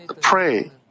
pray